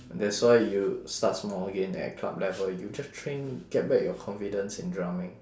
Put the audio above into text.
that's why you start small again at club level you just train get back your confidence in drumming